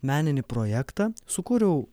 meninį projektą sukūriau